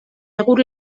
egur